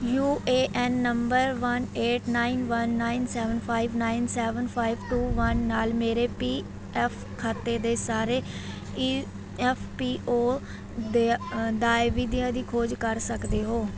you A N number one eight nine one nine seven five nine seven five two one ਨਾਲ ਮੇਰੇ P F ਖਾਤੇ ਦੇ ਸਾਰੇ E F P O ਦੇਆ ਅ ਦਾਅਵਿਆਂ ਦੀ ਖੋਜ ਕਰ ਸਕਦੇ ਹੋ